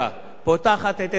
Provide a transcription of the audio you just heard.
וגם היא לנו למצער,